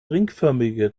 ringförmige